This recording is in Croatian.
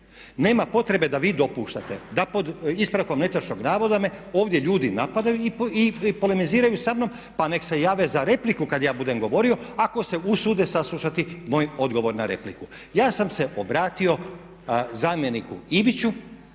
Nema potrebe da vi dopuštate da pod ispravkom netočnog navoda me ovdje ljudi napadaju i polemiziraju samnom. Pa neka se jave za repliku kada ja budem govorio ako se usude saslušati moj odgovor na repliku. Ja sam se obratio zamjeniku Iviću,